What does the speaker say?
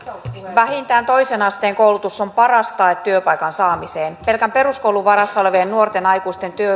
vähintään toisen asteen koulutus on paras tae työpaikan saamiselle pelkän peruskoulun varassa olevien nuorten aikuisten